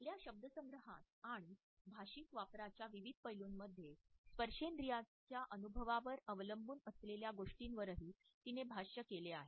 आपल्या शब्दसंग्रहात आणि भाषिक वापराच्या विविध पैलूंमध्ये स्पर्शेंद्रियाचा अनुभवावर अवलंबून असलेल्या गोष्टीवरही तिने भाष्य केले आहे